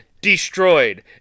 destroyed